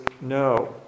no